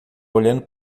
olhando